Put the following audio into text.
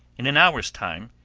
in an hour's time,